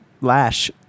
Lash